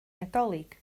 nadolig